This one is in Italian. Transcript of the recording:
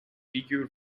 figure